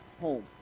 home